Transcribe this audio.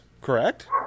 correct